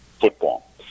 football